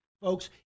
Folks